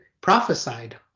prophesied